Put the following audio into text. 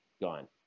Gone